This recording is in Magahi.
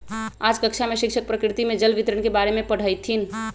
आज कक्षा में शिक्षक प्रकृति में जल वितरण के बारे में पढ़ईथीन